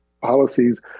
policies